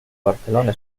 barcelona